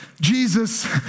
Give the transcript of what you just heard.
Jesus